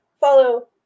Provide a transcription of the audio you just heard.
follow